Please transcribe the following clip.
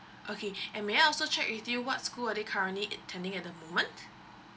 okay and may I also check with you what school are they currently attending at the moment